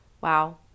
Wow